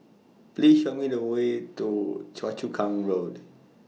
Please Show Me The Way to Choa Chu Kang Road